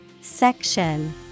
Section